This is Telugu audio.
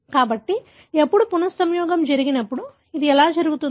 కాబట్టి ఎప్పుడు పునః సంయోగం జరిగినప్పుడు ఇది ఎలా జరుగుతుంది